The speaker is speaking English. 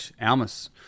almas